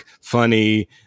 funny